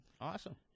Awesome